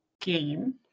game